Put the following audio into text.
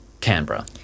Canberra